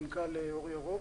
מנכ"ל אור ירוק.